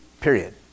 period